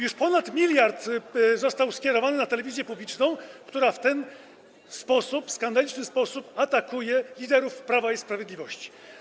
Już ponad miliard został skierowany na telewizję publiczną, która w ten skandaliczny sposób atakuje liderów Prawa i Sprawiedliwości.